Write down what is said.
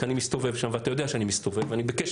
כי אני מסתובב שם ואתה יודע שאני מסתובב ואני בקשר